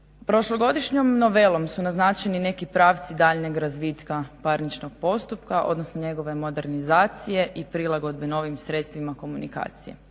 Prošlogodišnjom novelom su naznačeni neki pravci daljnjeg razvitka parničnog postupka, odnosno njegove modernizacije i prilagodbe novim sredstvima komunikacije.